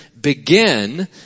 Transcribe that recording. begin